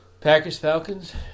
Packers-Falcons